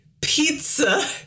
pizza